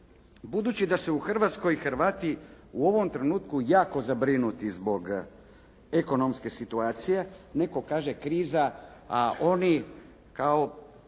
Budući da su u Hrvatskoj Hrvati u ovom trenutku jako zabrinuti zbog ekonomske situacije, netko kaže kriza, a oni kao